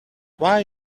why